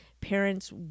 parents